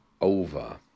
over